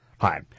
Hi